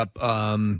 up –